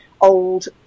old